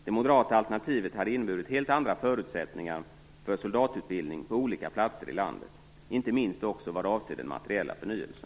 Det moderata alternativet hade inneburit helt andra förutsättningar för soldatutbildning på olika platser i landet, inte minst vad avser den materiella förnyelsen.